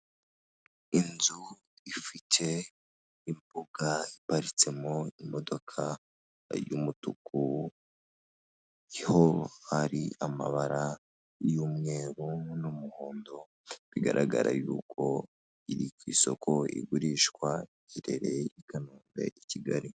Inzu ifite imbuga iparitsemo imodoka y'umutu hariho amabara y'umweru n'umuhondo bigaragara y'uko iri ku isoko igurishwa rirereye i Kanombe, i Kigali.